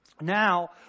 Now